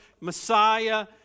Messiah